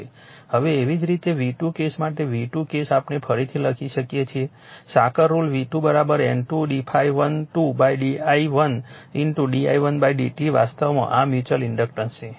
હવે એવી જ રીતે V2 કેસ માટે V2 કેસ આપણે ફરીથી લખી શકીએ છીએ સાંકળ rule V2 N2 d ∅12 d i1 d i1 dt વાસ્તવમાં આ મ્યુચ્યુઅલ ઇન્ડક્ટન્સ છે